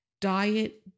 Diet